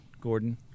Gordon